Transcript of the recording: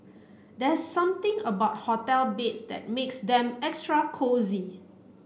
there's something about hotel beds that makes them extra cosy